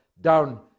down